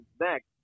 next